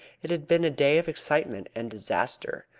it had been a day of excitement and disaster.